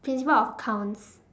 principle of accounts